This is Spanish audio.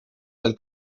del